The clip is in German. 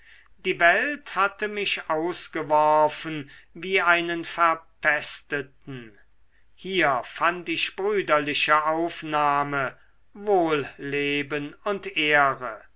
die welt hatte mich ausgeworfen wie einen verpesteten hier fand ich brüderliche aufnahme wohlleben und ehre